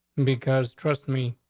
because trust me,